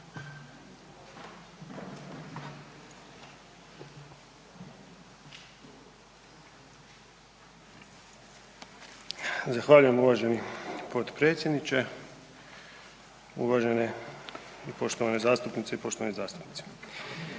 Zahvaljujem uvaženi potpredsjedniče. Uvažene poštovane zastupnice, poštovani zastupnici.